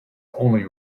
only